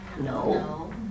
No